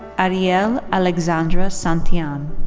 ariel alexandra santillan.